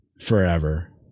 forever